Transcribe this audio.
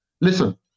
Listen